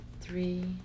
three